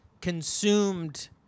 consumed